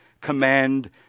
command